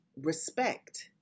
respect